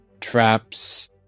Traps